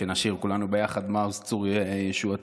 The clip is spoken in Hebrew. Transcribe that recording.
נשיר כולנו ביחד "מעוז צור ישועתי".